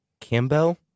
Campbell